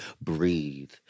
breathe